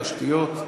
התשתיות,